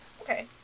Okay